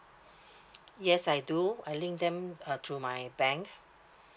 yes I do I link them uh to my bank